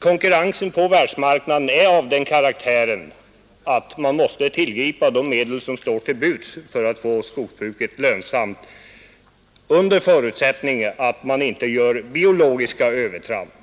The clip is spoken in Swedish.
Konkurrensen på världsmarknaden har den karaktären att man måste tillgripa de medel som står till buds för att få skogsbruket lönsamt — under förutsättning att man inte gör biologiska övertramp.